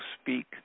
speak